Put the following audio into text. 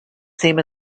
same